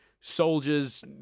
soldiers